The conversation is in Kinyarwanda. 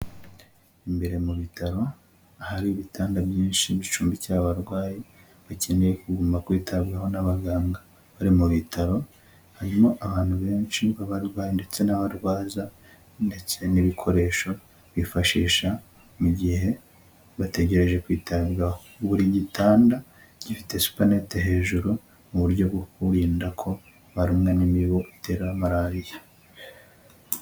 Imbere mu bitaro ahari ibitanda byinshi bicumbikira abarwayi bakeneye kuguma kwitabwaho n'abaganga, bari mu bitaro harimo abantu benshi b'abarwayi ndetse n'abarwaza ndetse n'ibikoresho byifashisha mu gihe bategereje kwitabwaho, buri gitanda gifite supaneti hejuru mu buryo bwo kwirinda ko barumwa n'imibu itera marariya.